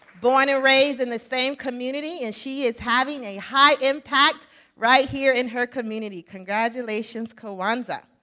born and raised in the same community, and she is having a high impact right here in her community. congratulations, kajuanza.